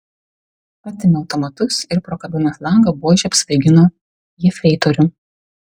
atėmė automatus ir pro kabinos langą buože apsvaigino jefreitorių